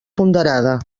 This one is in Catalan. ponderada